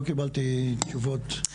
לא קיבלתי תשובות.